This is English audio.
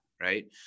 Right